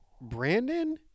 Brandon